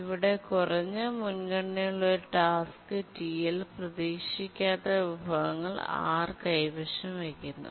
ഇവിടെ കുറഞ്ഞ മുൻഗണനയുള്ള ഒരു ടാസ്ക് ടിഎൽ പ്രതീക്ഷിക്കാത്ത വിഭവങ്ങൾ R കൈവശം വയ്ക്കുന്നു